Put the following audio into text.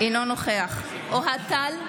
אינו נוכח אוהד טל,